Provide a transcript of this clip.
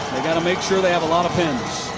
they've got to make sure they have a lot of pens.